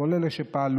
וכל אלה שפעלו.